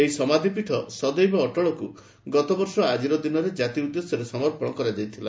ଏହି ସମାଧୀପୀଠ ସଦୈବ ଅଟଳକୁ ଗତବର୍ଷ ଆଜିର ଦିନରେ ଜାତି ଉଦ୍ଦେଶ୍ୟରେ ସମର୍ପଣ କରାଯାଇଥିଲା